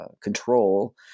control